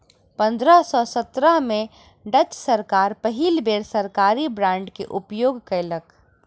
पंद्रह सौ सत्रह में डच सरकार पहिल बेर सरकारी बांड के उपयोग कयलक